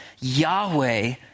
Yahweh